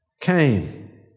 came